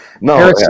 No